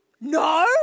No